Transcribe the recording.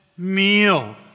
Meal